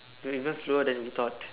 we're even slower than we thought